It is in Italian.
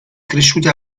cresciuti